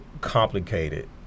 complicated